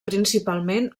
principalment